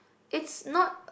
it's not